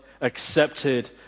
accepted